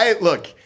Look